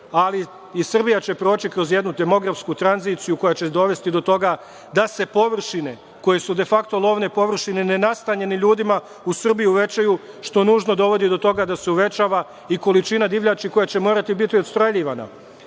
ali i Srbija će proći kroz jednu demografsku tranziciju koja će dovesti do toga da se površine koje su de fakto lovne površine nenastanjene ljudima u Srbiji povećaju, što nužno dovodi do toga da se uvećava i količina divljači koja će morati biti odstreljivana.